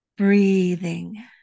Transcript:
Breathing